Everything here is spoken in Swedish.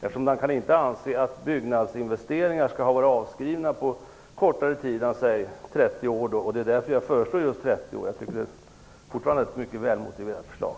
Man kan nämligen inte anse att byggnadsinvesteringar skall vara avskrivna på kortare tid än t.ex. 30 år. Det är därför jag föreslår 30 år. Jag tycker fortfarande att det är ett mycket välmotiverat förslag.